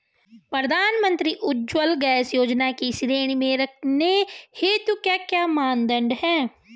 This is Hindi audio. प्रधानमंत्री उज्जवला गैस योजना की श्रेणी में रखने हेतु क्या क्या मानदंड है?